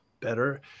better